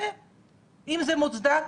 אם זה מוצדק,